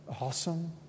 awesome